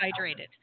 hydrated